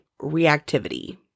reactivity